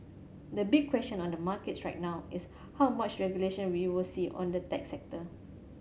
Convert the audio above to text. the big question on the markets right now is how much regulation we will see on the tech sector